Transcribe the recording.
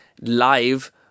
live